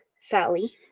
Sally